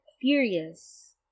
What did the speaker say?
furious